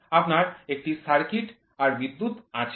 আপনার একটি সার্কিট আর বিদ্যুৎ আছে